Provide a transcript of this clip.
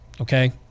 Okay